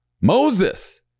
Moses